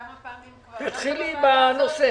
כמה פעמים כבר --- תתחילי בנושא.